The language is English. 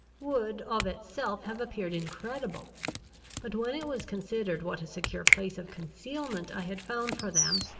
would of itself have appeared incredible but when it was considered what a secure place of concealment i had found for them,